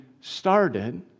started